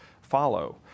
follow